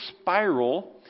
spiral